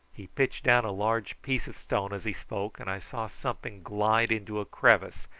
he pitched down a large piece of stone as he spoke, and i saw something glide into a crevice,